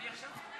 אני עכשיו.